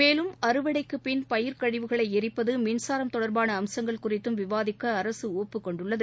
மேலும் அறுவடைக்குப்பின் பயிர் கழிவுகளை எரிப்பது மின்சாரம் தொடர்பான அம்சங்கள் குறித்தும் விவாதிக்க அரசு ஒப்புக் கொண்டுள்ளது